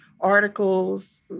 articles